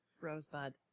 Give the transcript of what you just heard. Rosebud